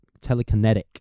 telekinetic